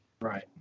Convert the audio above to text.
Right